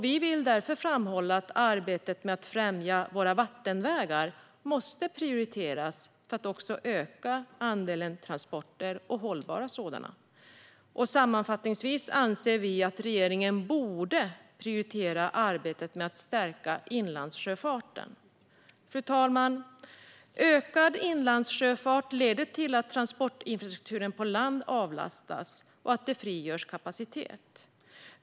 Vi vill därför framhålla att arbetet med att främja våra vattenvägar måste prioriteras för att öka andelen hållbara transporter. Sammanfattningsvis anser vi att regeringen bör prioritera arbetet med att stärka inlandssjöfarten. Fru talman! Ökad inlandssjöfart leder som sagt till att transportinfrastrukturen på land avlastas och att kapacitet frigörs.